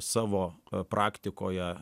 savo praktikoje